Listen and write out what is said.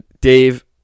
Dave